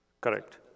Correct